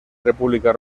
república